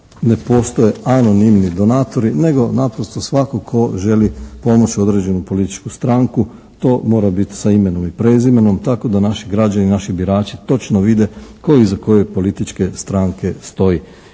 ne postoje anonimni donatori nego naprosto svatko tko želi pomoći određenu političku stranku to mora biti sa imenom i prezimenom tako da naši građani, naši birači točno vide tko je iza koje političke stranke stoji.